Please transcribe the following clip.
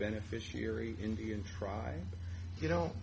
beneficiary indian cry you know